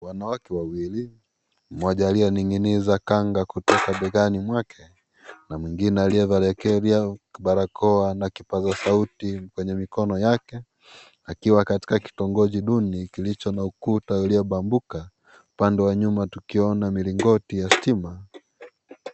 Wanawake wawili. Mmoja aliyening'iniza kanga kutoka begani mwake, na mwingine aliye valia barakoa ana kipasa sauti kwenye mikono yake, akiwa katika kitongoji duni kilicho na ukuta uliobambuka. Upande wa nyuma tukiona milingoti ya stima.